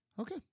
Okay